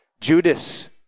Judas